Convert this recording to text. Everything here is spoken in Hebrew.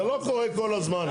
זה לא קורה כל הזמן.